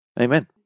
amen